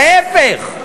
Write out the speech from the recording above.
ההפך,